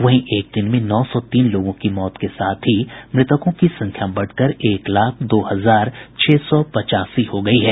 वहीं एक दिन में नौ सौ तीन लोगों की मौत के साथ ही मृतकों की संख्या बढ़कर एक लाख दो हजार छह सौ पचासी हो गई है